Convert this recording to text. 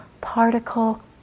particle